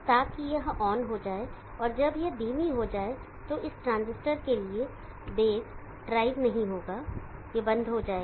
ताकि यह ऑन हो जाए और जब यह धीमी हो जाए तो इस ट्रांजिस्टर के लिए बेस ड्राइव नहीं होगा यह बंद हो जाएगा